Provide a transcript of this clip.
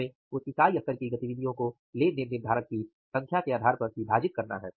हमें उस इकाई स्तर की गतिविधियों को लेन देन निर्धारक की संख्या के आधार पर विभाजित करना है